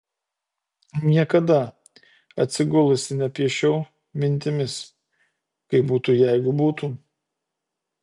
niekada atsigulusi nepiešiau mintimis kaip būtų jeigu būtų